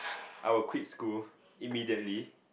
I will quit school immediately